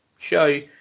show